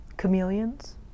Chameleons